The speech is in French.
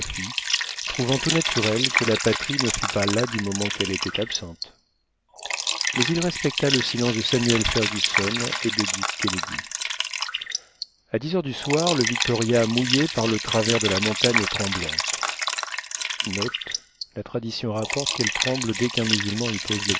trouvant tout naturel que la patrie ne fût pas là du moment qu'elle était absente mais il respecta le silence de samuel fergusson et de dick kennedy a dix heures du soir le victoria mouillait par le travers de la montagne tremblante